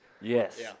Yes